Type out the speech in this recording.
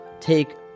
take